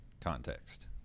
context